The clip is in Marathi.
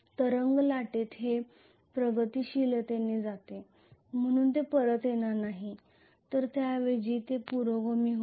तरंग लाटेत हे प्रगतीशीलतेने जाते म्हणून ते परत येणार नाही तर त्याऐवजी असेच पुरोगामी जाईल